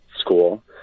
School